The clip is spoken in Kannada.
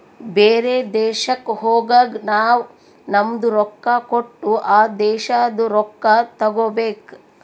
ಬೇರೆ ದೇಶಕ್ ಹೋಗಗ್ ನಾವ್ ನಮ್ದು ರೊಕ್ಕಾ ಕೊಟ್ಟು ಆ ದೇಶಾದು ರೊಕ್ಕಾ ತಗೋಬೇಕ್